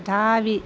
தாவி